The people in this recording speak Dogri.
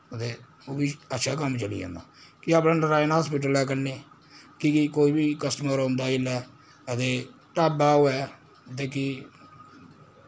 हां ते ओह् बी अच्छा कम्म चली जंदा कि अपना नारायणा हास्पिटल ऐ कन्नै की कि कोई बी कस्टमर औंदा जेल्लै हां ते ढाबा होऐ ते कि